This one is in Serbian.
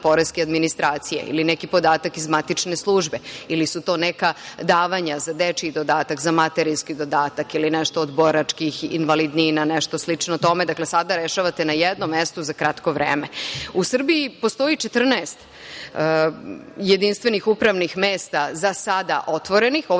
poreske administracije ili neki podatak iz matične službe ili su to neka davanja za dečiji dodatak, za materinski dodatak ili nešto od boračkih invalidnina, nešto slično tome. Dakle, sada rešavate na jednom mestu za kratko vreme.U Srbiji postoji 14 jedinstvenih upravnih mesta, za sada otvorenih.